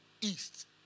east